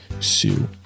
Sue